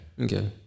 Okay